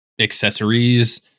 accessories